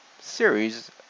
series